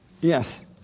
Yes